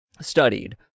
studied